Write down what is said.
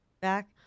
back